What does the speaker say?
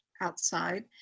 outside